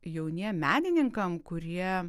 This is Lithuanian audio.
jauniem menininkam kurie